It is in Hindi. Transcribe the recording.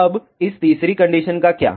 अब इस तीसरी कंडीशन का क्या